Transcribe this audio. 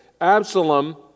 Absalom